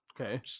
Okay